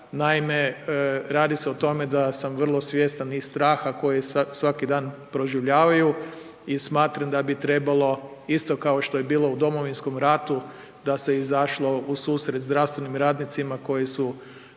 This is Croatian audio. Naime, radi se o tome da sam vrlo svjestan i straha koji svaki dan proživljavaju i smatram da bi trebalo isto kao što je bilo u Domovinskom ratu da se izašlo ususret zdravstvenim radnicima koji su